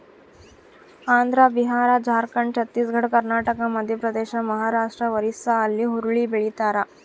Andhra Bihar Jharkhand Chhattisgarh Karnataka Madhya Pradesh Maharashtra ಒರಿಸ್ಸಾಲ್ಲಿ ಹುರುಳಿ ಬೆಳಿತಾರ